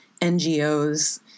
NGOs